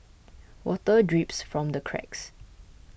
water drips from the cracks